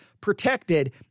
protected